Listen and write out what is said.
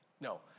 no